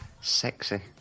sexy